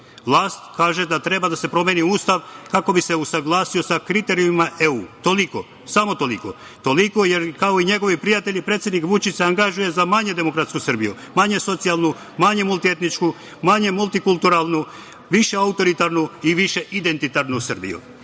kaže da treba da se promeni Ustav kako bi se usaglasio sa kriterijumima EU. Toliko, samo toliko. Toliko, jer, kao i njegovi prijatelji, predsednik Vučić se angažuje za manje demokratsku Srbiju, manje socijalnu, manje multietničku, manje multikulturalnu, više autoritarnu i više identitarnu Srbiju. Zato